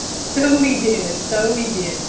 so he did, so he did.